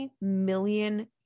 million